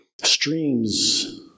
streams